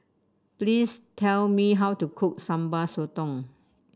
please tell me how to cook Sambal Sotong